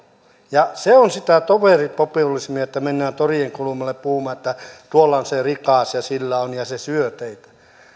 se on sitä toveripopulismia että mennään torien kulmalle puhumaan että tuolla on se rikas ja sillä on ja se syö teitä